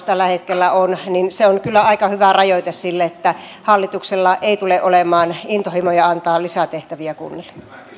tällä hetkellä on niin se on kyllä aika hyvä rajoite sille että hallituksella ei tule olemaan intohimoja antaa lisää tehtäviä kunnille